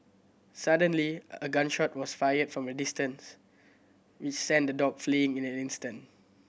suddenly a gun shot was fired from a distance which sent the dog fleeing in an instant